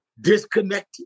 disconnected